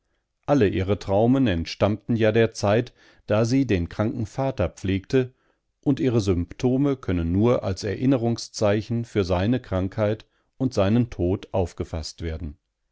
alle ihre traumen entstammten ja der zeit da sie den kranken vater pflegte und ihre symptome können nur als erinnerungszeichen für seine krankheit und seinen tod aufgefaßt werden